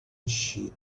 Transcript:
she